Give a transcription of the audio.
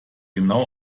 genau